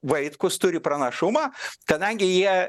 vaitkus turi pranašumą kadangi jie